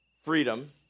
freedom